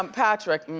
um patrick, mm-hmm.